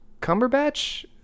Cumberbatch